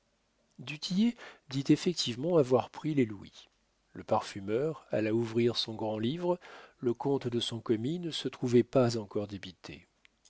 du tillet dit effectivement avoir pris les louis le parfumeur alla ouvrir son grand livre le compte de son commis ne se trouvait pas encore débité